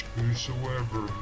Whosoever